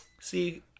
See